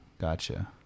Gotcha